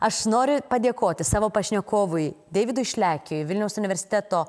aš noriu padėkoti savo pašnekovui deividui šlekiui vilniaus universiteto